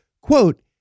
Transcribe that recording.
quote